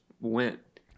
went